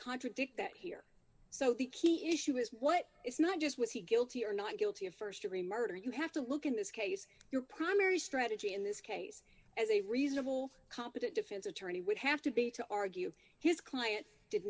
contradict that here so the key issue is what it's not just was he guilty or not guilty of st degree murder you have to look in this case your primary strategy in this case as a reasonable competent defense attorney would have to be to argue his client did